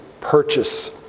purchase